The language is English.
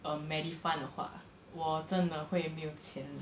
um medifund 的话我真的会没有钱